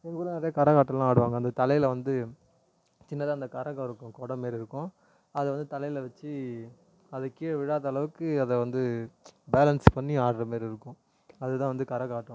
எங்கள் ஊரில் நிறைய கரகாட்டமெல்லாம் ஆடுவாங்க அந்த தலையில் வந்து சின்னதாக அந்த கரகம் இருக்கும் குடம் மாரி இருக்கும் அதை வந்து தலையில் வச்சு அதை கீழ விழாத அளவுக்கு அதை வந்து பேலன்ஸ் பண்ணி ஆடுகிற மாரி இருக்கும் அது தான் வந்து கரகாட்டம்